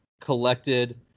collected